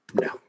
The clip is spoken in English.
no